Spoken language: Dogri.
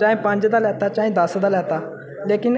चाहे पंज दा लैता चाहे दस दा लैता लेकिन